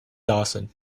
dawson